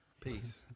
Peace